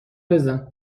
بزن